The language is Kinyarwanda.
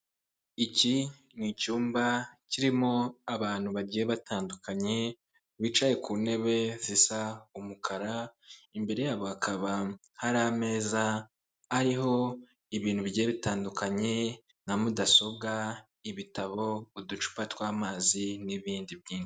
Iki ni cyumba kirimo abantu bagiye batandukanye bicaye ku ntebe zisa umukara, imbere yabo hakaba hari ameza ariho ibintu bigiye bitandukanye na mudasobwa, ibitabo, uducupa tw'amazi n'ibindi byinshi.